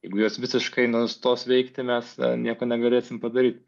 jeigu jos visiškai nustos veikti mes nieko negalėsim padaryt